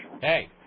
Hey